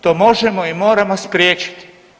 To možemo i moramo spriječiti.